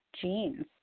genes